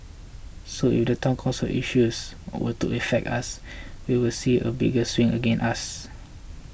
so if the Town Council issues were to affect us we will see a bigger swing against us